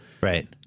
Right